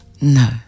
no